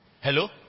Hello